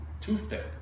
toothpick